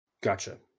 Gotcha